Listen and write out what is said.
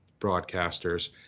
broadcasters